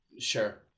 Sure